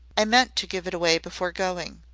i meant to give it away before going.